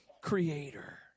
Creator